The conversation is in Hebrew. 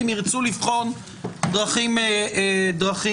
אם ירצו לבחון דרכים נוספות.